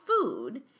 food